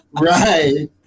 Right